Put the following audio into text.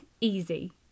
easy